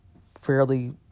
fairly